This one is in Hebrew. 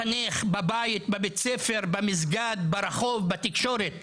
לחנך בבית, בבית ספר, במסגד, ברחוב ובתקשורת.